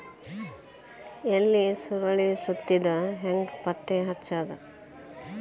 ಎಲಿ ಸುರಳಿ ಸುತ್ತಿದ್ ಹೆಂಗ್ ಪತ್ತೆ ಹಚ್ಚದ?